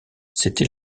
c’était